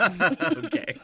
Okay